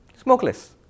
Smokeless